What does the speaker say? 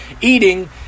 eating